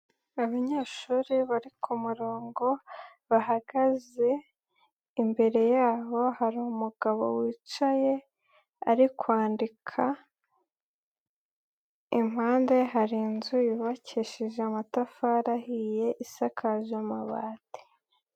Abanyeshuri bari kumurongo, bahagaze, imbere yaho hari umugabo wicaye ari kwandika, impande hari inzu yubakishije amatafari ahiye, isakaje amabati.